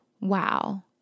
wow